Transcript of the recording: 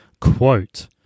Quote